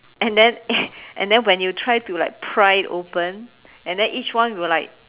and then and then when you try to like pry it open and then each one will like